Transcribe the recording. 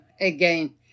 again